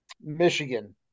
Michigan